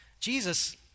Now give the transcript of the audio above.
Jesus